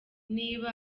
niba